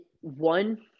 one